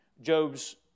Job's